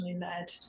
led